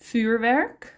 Vuurwerk